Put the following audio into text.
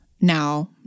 now